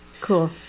Cool